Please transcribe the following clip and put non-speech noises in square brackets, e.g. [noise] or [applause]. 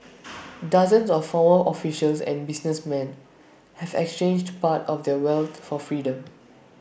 [noise] dozens of former officials and businessmen have exchanged part of their wealth for freedom